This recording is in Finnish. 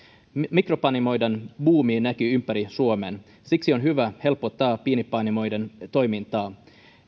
mikropanimoiden buumi näkyy ympäri suomen siksi on hyvä helpottaa pienpanimoiden toimintaa